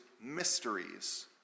mysteries